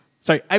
Sorry